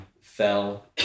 fell